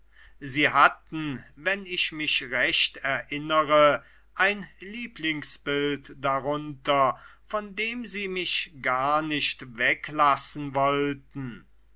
sie hatten wenn ich mich recht erinnere ein lieblingsbild darunter von dem sie mich gar nicht weglassen wollten